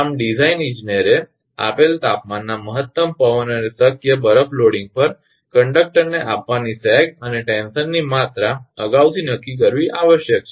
આમ ડિઝાઇન ઇજનેરે આપેલ તાપમાનના મહત્તમ પવન અને શક્ય બરફ લોડિંગ પર કંડક્ટરને આપવાની સેગ અને ટેન્શન ની માત્રા અગાઉથી નક્કી કરવી આવશ્યક છે